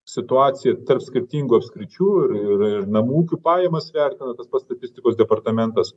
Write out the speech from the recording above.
situaciją tarp skirtingų apskričių ir ir namų ūkių pajamas vertinan pats statistikos departamentas